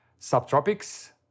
Subtropics